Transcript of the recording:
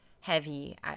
heavy –